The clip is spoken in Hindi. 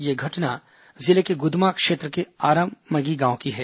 यह घटना जिले के गुदमा क्षेत्र के आरामगी गांव की है